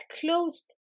closed